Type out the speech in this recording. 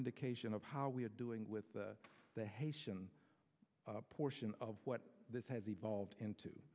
indication of how we are doing with the the haitian portion of what this has evolved into